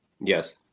Yes